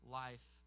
life